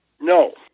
No